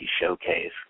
Showcase